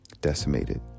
decimated